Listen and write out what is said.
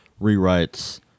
rewrites